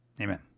Amen